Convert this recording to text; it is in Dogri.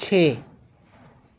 छे